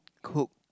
cook